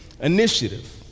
initiative